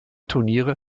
turniere